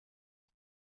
det